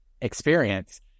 experience